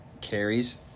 carries